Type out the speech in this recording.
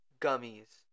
gummies